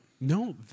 No